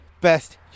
best